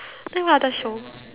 then what other show